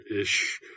ish